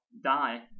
die